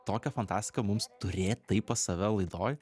tokia fantastika mums turėt tai pas save laidoj